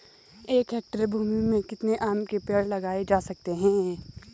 एक हेक्टेयर भूमि में कितने आम के पेड़ लगाए जा सकते हैं?